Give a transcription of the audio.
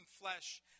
flesh